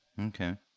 Okay